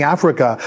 Africa